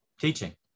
teaching